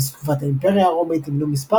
בשיא תקופת האימפריה הרומית נבנו מספר